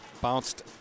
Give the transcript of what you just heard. Bounced